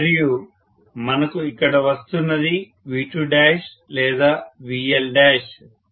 మరియు మనకు ఇక్కడ వస్తున్నది V2లేదా VL